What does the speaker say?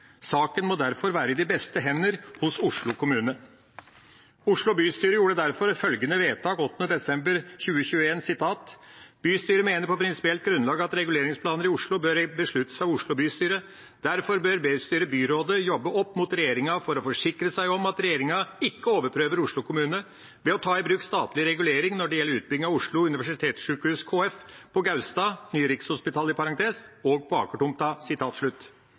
Saken må derfor være i de beste hender hos Oslo kommune. Oslo bystyre gjorde derfor følgende vedtak 8. desember 2021: Bystyret mener på prinsipielt grunnlag at reguleringsplaner i Oslo bør besluttes av Oslo bystyre. Derfor ber bystyret byrådet jobbe opp mot regjeringa for å forsikre seg om at regjeringa ikke overprøver Oslo kommune ved å ta i bruk statlig regulering når det gjelder utbyggingen av Oslo universitetssykehus HF på Gaustad, Nye Rikshospitalet, og på